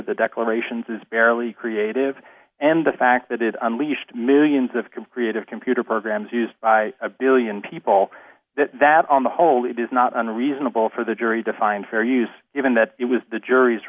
the declarations is barely creative and the fact that it unleashed millions of comparative computer programs used by a one billion people that that on the whole he does not unreasonable for the jury to find fair use given that it was the jury's